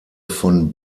von